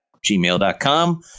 gmail.com